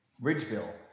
ridgeville